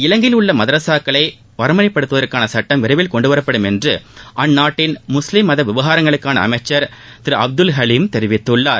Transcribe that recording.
இலங்கையில் உள்ள மதரஸாக்களை வரன்முறைப்படுத்துவதற்கான சட்டம் விரைவில் கொண்டுவரப்படும் என்றுஅந்நாட்டின் முஸ்லீம் மத விவகாரங்களுக்கான அமைச்சர் திரு அப்துல் ஹலீம் தெரிவித்துள்ளார்